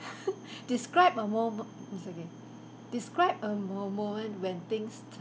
describe a mome~ it's ok describe a moment when things turn